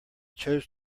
chose